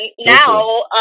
Now